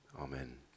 Amen